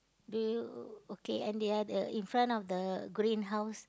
do you okay and they are the in front of the green house